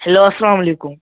hello اَسَلام علیکُم